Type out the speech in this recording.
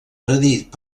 predit